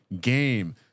game